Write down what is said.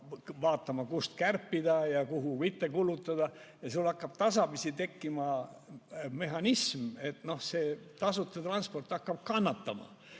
vaatama, kust kärpida ja kuhu mitte kulutada. Ja sul hakkab tasapisi tekkima mehhanism, et tasuta transport hakkab kannatama.